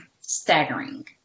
staggering